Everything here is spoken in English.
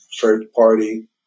third-party